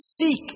Seek